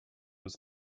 was